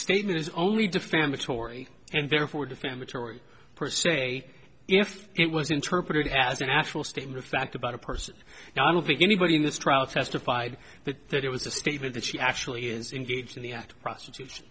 statement is only defamatory and therefore defamatory per se if it was interpreted as an actual statement of fact about a person i don't think anybody in this trial testified but that it was a statement that she actually is engaged in the act of prostitutes